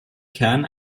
kern